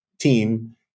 team